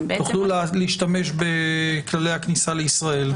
יוכלו להשתמש בכללי הכניסה לישראל.